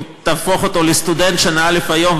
אם תהפוך אותו לסטודנט שנה א' היום,